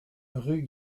rue